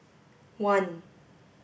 one